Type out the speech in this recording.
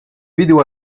vidéo